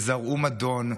וזרעו מדון,